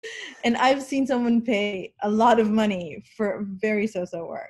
‫ואני ראיתי מישהו משלם ‫הרבה כסף בשביל עבודה מאוד קטנה.